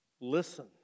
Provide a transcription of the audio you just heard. Listen